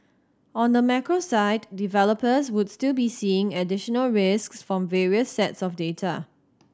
on the macro side developers would still be seeing additional risks from various sets of data